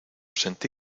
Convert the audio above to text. sentí